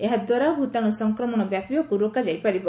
ଏହା ଦ୍ୱାରା ଭୂତାଣୁ ସଂକ୍ରମଣ ବ୍ୟାପିବାକୁ ରୋକାଯାଇ ପାରିବ